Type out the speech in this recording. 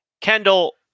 Kendall